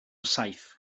saith